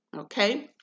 Okay